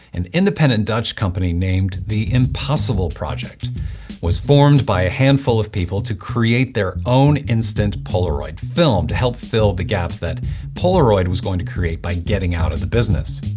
an independent dutch company named the impossible project was formed by a handful of people to create their own instant polaroid film to help fill the gap that polaroid was going to create by getting out of the business.